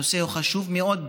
הנושא הוא חשוב מאוד,